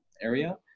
area